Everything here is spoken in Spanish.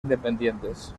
independientes